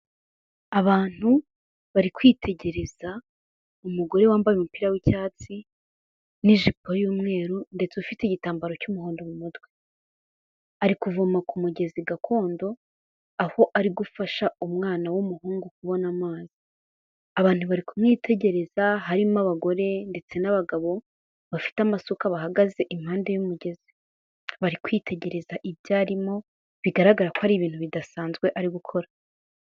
Abantu bari kwitegereza umugore wambaye umupira w'icyatsi n'ijipo y'umweru ndetse ufite igitambaro cy'umuhondo mu mutwe ari kuvoma ku mugezi gakondo aho ari gufasha umwana w'umuhungu kubona amazi. Abantu bari kumwitegereza harimo abagore ndetse n'abagabo bafite amasuka bahagaze impande y'umugezi bari kwitegereza ibyarimo bigaragara ko ari ibintu bidasanzwe ari gukora.